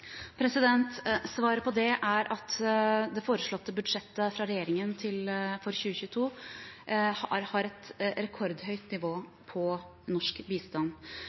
Svaret på det er at det foreslåtte budsjettet fra regjeringen for 2022 har et rekordhøyt nivå på norsk bistand.